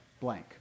blank